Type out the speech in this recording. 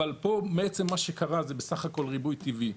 אבל פה, בעצם מה שקרה זה בסך הכל ריבוי טבעי.